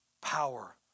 power